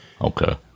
Okay